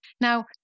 Now